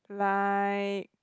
like